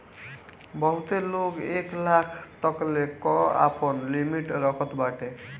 बहुते लोग एक लाख तकले कअ आपन लिमिट रखत बाटे